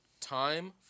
time